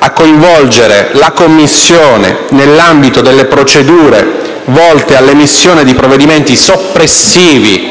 a coinvolgere la Commissione nell'ambito delle procedure volte all'emissione di provvedimenti soppressivi